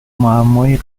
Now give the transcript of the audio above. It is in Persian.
معمای